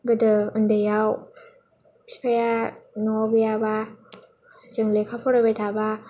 गोदो उन्दैयाव बिफाया न'आव गैयाबा जों लेखा फरायबाय थाबा